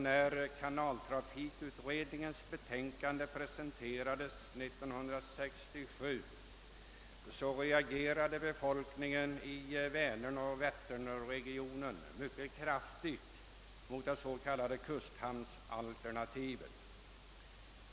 När kanaltrafikutredningens betänkande presenterades 1967 kan jag försäkra kammarens ledamöter att befolkningen i Väneroch Vätternregionen reagerade mycket kraftigt mot det s.k. kusthamnsalternativet.